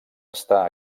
està